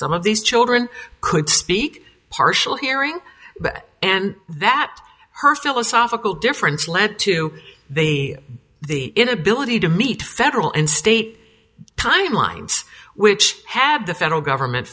some of these children could speak partial hearing but and that her philosophical difference led to they the inability to meet federal and state timelines which have the federal government